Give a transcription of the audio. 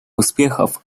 успехов